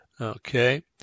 Okay